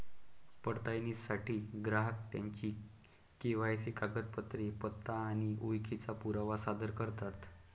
पडताळणीसाठी ग्राहक त्यांची के.वाय.सी कागदपत्रे, पत्ता आणि ओळखीचा पुरावा सादर करतात